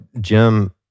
Jim